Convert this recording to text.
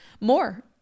more